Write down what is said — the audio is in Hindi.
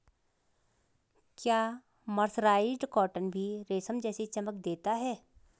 क्या मर्सराइज्ड कॉटन भी रेशम जैसी चमक देता है?